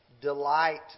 delight